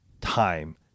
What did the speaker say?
time